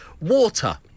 Water